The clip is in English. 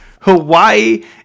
Hawaii